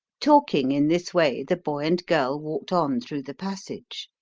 talking in this way, the boy and girl walked on through the passage.